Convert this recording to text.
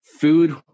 food